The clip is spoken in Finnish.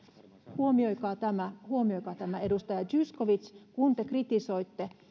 huomioikaa tämä huomioikaa tämä edustaja zyskowicz kun te kritisoitte